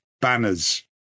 banners